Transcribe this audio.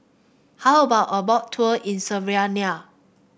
how about a Boat Tour in Slovenia